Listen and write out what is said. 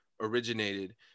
originated